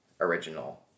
original